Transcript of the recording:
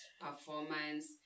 performance